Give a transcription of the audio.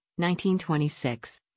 1926